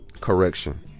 correction